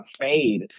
fade